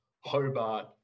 Hobart